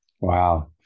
Wow